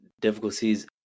difficulties